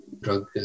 drug